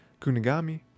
Kunigami